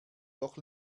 doch